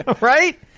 Right